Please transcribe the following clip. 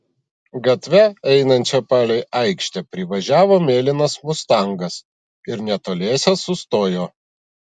gatve einančia palei aikštę privažiavo mėlynas mustangas ir netoliese sustojo